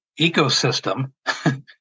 ecosystem